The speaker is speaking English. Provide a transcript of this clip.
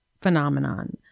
phenomenon